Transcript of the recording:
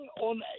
on